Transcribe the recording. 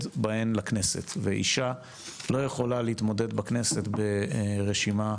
בהן לכנסת ואישה לא יכולה להתמודד בכנסת ברשימה,